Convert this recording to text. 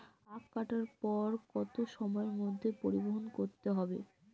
আখ কাটার পর কত সময়ের মধ্যে পরিবহন করতে হবে?